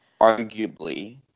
arguably